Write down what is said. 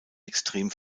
extrem